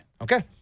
Okay